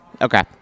okay